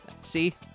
See